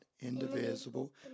indivisible